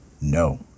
no